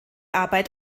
arbeit